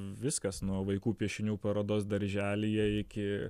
viskas nuo vaikų piešinių parodos darželyje iki